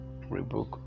rebook